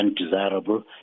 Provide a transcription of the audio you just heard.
undesirable